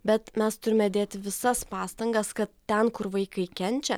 bet mes turime dėti visas pastangas kad ten kur vaikai kenčia